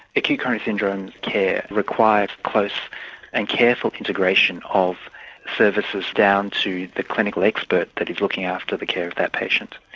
acute coronary kind of syndrome care requires close and careful integration of services down to the clinical expert that is looking after the care of that patient.